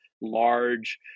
large